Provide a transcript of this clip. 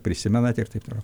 prisimenate ir taip toliau